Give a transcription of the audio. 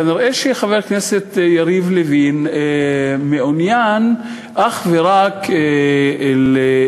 כנראה חבר הכנסת יריב לוין מעוניין אך ורק לדבר